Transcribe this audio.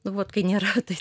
nu vat kai nėra tai